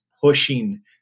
pushing